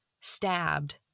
stabbed